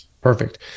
perfect